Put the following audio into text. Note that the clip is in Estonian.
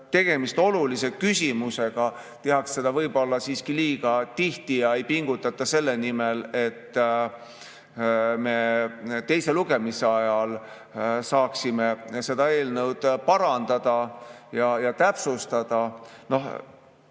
tegemist olulise küsimusega, tehakse seda võib-olla siiski liiga tihti ja ei pingutata selle nimel, et me teise lugemise ajal saaksime seda eelnõu parandada ja täpsustada. Ma